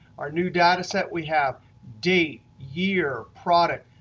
our new data set we have date, year, product,